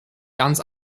ganz